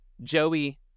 Joey